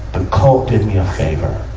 the cult did me a favor,